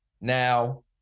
Now